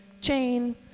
chain